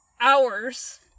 hours